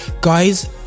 Guys